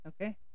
Okay